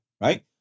Right